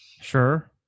Sure